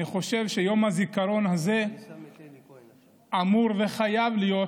אני חושב שיום הזיכרון הזה אמור וחייב להיות